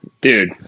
Dude